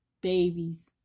babies